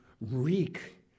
reek